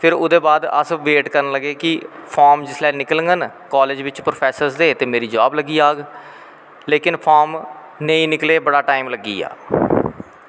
फिर ओह्दे बाद अस बेट करनलगे कि फार्म जिसलै निकलगन गे कालेज़ बिच्च ते मेरा जॉब लग्गी जाह्ग लेकिन फार्म नेंई निकले बड़ा टाईम लग्गिया